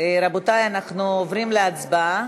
רבותי, אנחנו עוברים להצבעה.